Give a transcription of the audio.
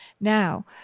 Now